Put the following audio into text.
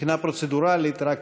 מבחינה פרוצדורלית רק,